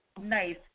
Nice